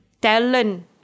Talent